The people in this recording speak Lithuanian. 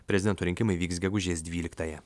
prezidento rinkimai vyks gegužės dvyliktąją